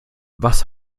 was